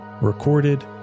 recorded